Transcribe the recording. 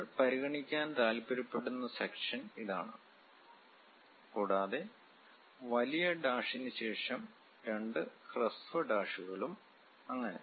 നമ്മൾ പരിഗണിക്കാൻ താൽപ്പര്യപ്പെടുന്ന സെക്ഷൻ ഇതാണ് കൂടാതെ വലിയ ഡാഷിന് ശേഷം രണ്ട് ഹ്രസ്വ ഡാഷുകളും അങ്ങനെ